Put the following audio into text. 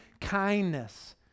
kindness